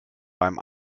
beim